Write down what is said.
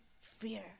fear